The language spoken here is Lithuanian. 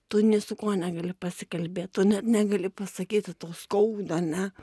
tu nei su kuo negali pasikalbėt tu ne negali pasakyti tau skauda ne